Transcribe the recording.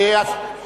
ועדת